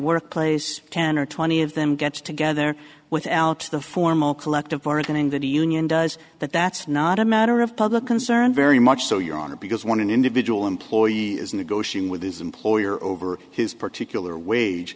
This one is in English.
workplace to under twenty of them gets together without the formal collective bargaining that a union does that that's not a matter of public concern very much so your honor because one individual employee is negotiating with his employer over his particular wage